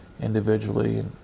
individually